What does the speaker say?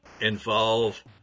involve